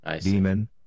demon